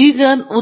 ನಿಜವಾಗಿಯೂ ಬಹಳಷ್ಟು ಬುದ್ಧಿವಂತಿಕೆಯೊಂದಿಗೆ ನಡೆದುಕೊಳ್ಳಿ